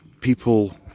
people